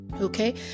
okay